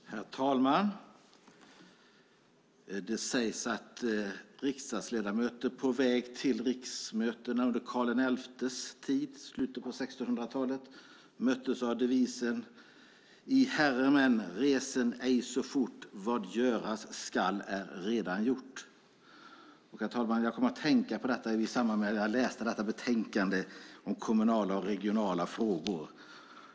Herr talman! Det sägs att riksdagsledamöter på väg till riksmötena under Karl XI:s tid i slutet av 1600-talet möttes av devisen: Vad göras skall är allaredan gjort. I herredagsmän reser icke så fort. Jag kom att tänka på det när jag läste det här betänkandet om kommunala och regionala frågor.